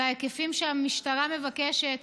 על ההיקפים שהמשטרה מבקשת.